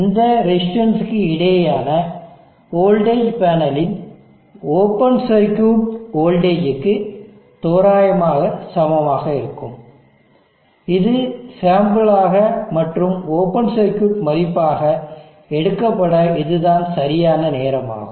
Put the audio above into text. இந்த ரெசிஸ்டன்ஸ் க்கு இடையேயான வோல்டேஜ் பேனலின் ஓபன் சர்க்யூட் வோல்டேஜ் க்கு தோராயமாக சமமாக இருக்கும் இது சாம்பிள் ஆக மற்றும் ஓபன் சர்க்யூட் மதிப்பாக எடுக்கப்பட இதுதான் சரியான நேரமாகும்